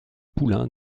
poulain